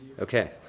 Okay